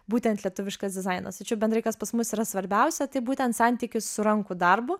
būtent lietuviškas dizainas tačiau bendrai kas pas mus yra svarbiausia tai būtent santykis su rankų darbu